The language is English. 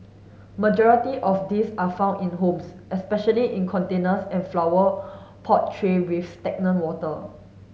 majority of these are found in the homes especially in containers and flower pot tray with stagnant water